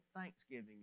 thanksgiving